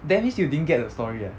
that means you didn't get the story leh